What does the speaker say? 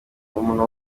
umuntu